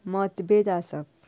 मतबेद आसप